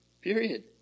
Period